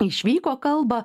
išvyko kalbą